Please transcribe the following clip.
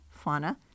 Fauna